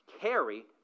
carry